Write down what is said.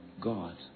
God